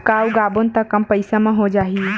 का उगाबोन त कम पईसा म हो जाही?